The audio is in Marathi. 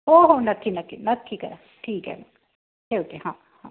हो हो नक्की नक्की नक्की करा ठीक आहे ठेवते हां हां